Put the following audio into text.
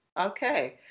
Okay